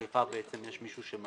בחיפה בעצם יש מישהו ---?